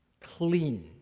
clean